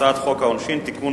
הצעת חוק העונשין (תיקון,